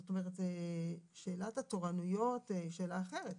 זאת אומרת, שאלת התורניות היא שאלה אחרת.